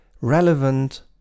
relevant